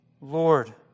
Lord